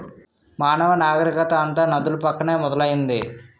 మానవ నాగరికత అంతా నదుల పక్కనే మొదలైంది